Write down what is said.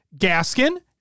Gaskin